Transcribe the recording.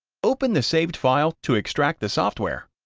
open the saved file to extract the software.